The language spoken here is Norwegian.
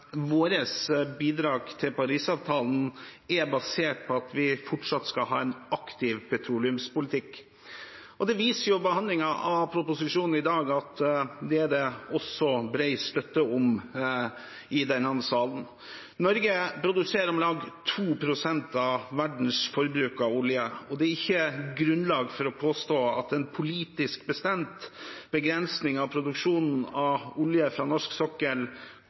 vi fortsatt skal ha en aktiv petroleumspolitikk. Behandlingen av proposisjonen i dag viser at det er det også bred støtte for i denne salen. Norge produserer om lag 2 pst. av verdens forbruk av olje, og det er ikke grunnlag for å påstå at en politisk bestemt begrensning av produksjonen av olje fra norsk sokkel